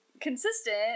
consistent